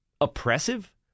oppressive